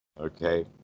Okay